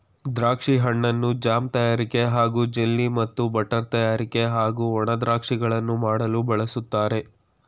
ದ್ರಾಕ್ಷಿ ಹಣ್ಣನ್ನು ಜಾಮ್ ತಯಾರಿಕೆ ಹಾಗೂ ಜೆಲ್ಲಿ ಮತ್ತು ಬಟರ್ ತಯಾರಿಕೆ ಹಾಗೂ ಒಣ ದ್ರಾಕ್ಷಿಗಳನ್ನು ಮಾಡಲು ಬಳಸ್ತಾರೆ